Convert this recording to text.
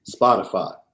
Spotify